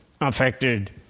affected